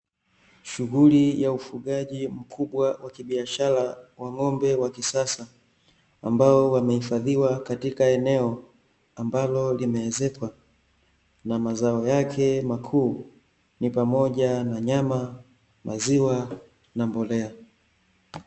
Shughuli ya ufugaji mkubwa wa kibiashara wa ng'ombe wa kisasa, ambao wamehifadhiwa katika eneo , ambalo limeezekwa, na mazao yake makuu, ni pamoja na nyama, maziwa na mbolea .